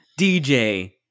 DJ